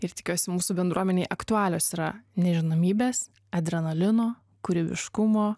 ir tikiuosi mūsų bendruomenei aktualios yra nežinomybės adrenalino kūrybiškumo